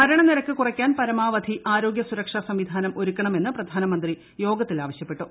മരണ നിരക്ക് കുറയ്ക്കാൻ പരമാവധി ആരോഗ്യ സുരക്ഷാ സംവിധാന്റ് ഒരുക്കണമെന്ന് പ്രധാനമന്ത്രി യോഗത്തിൽ ആവശ്യഉപ്പ്ടു